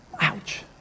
Ouch